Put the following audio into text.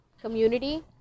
community